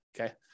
Okay